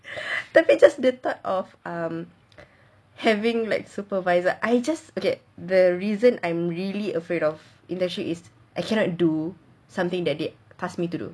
tapi tapi just the thought of um having like supervisor I just okay the reason I'm really afraid of industry is I cannot do something that they passed me to do